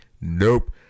nope